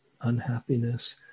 unhappiness